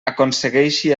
aconsegueixi